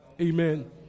Amen